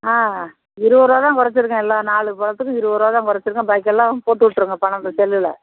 ஆ இருபது ரூபா தான் கொறைச்சிருக்கேன் எல்லாம் நாலு பழத்துக்கும் இருபது ரூபா தான் கொறைச்சிருக்கேன் பாக்கி எல்லாம் போட்டு விட்ருங்க பணம் இந்த செல்லில்